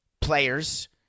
players